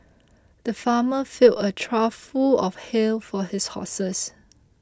the farmer filled a trough full of hay for his horses